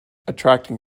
attracting